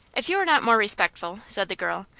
if you're not more respectful, said the girl,